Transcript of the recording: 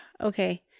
okay